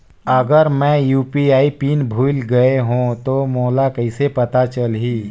अगर मैं UPI PIN भुल गये हो तो मोला कइसे पता चलही?